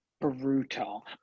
brutal